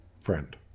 friend